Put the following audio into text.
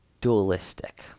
dualistic